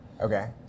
Okay